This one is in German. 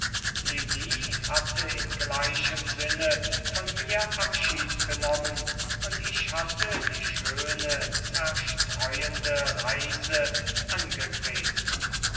lili hatte in gleichem sinne von mir abschied genommen und ich hatte die schöne zerstreuende reise angetreten